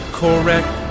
correct